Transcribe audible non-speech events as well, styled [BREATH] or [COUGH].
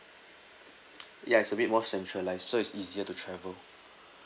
[NOISE] ya it's a bit more centralized so it's easier to travel [BREATH]